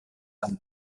ein